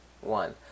one